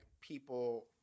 people